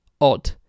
odd